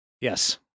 Yes